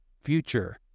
future